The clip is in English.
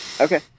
Okay